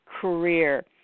career